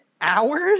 hours